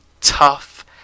tough